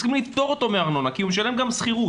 צריכים לפטור אותו מארנונה כי הוא משלם שכירות.